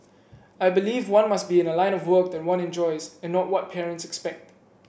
I believe one must be in a line of work that one enjoys and not what parents expect